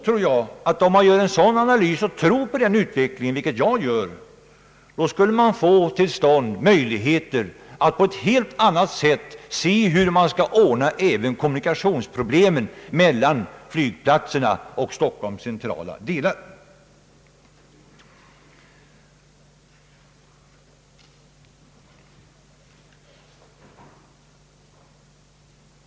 Tror man på en sådan utveckling, vilket jag gör, borde man på ett helt annat sätt undersöka hur man skall ordna även kommunikationerna mellan flygplatserna och Stockholms centrala delar.